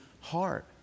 heart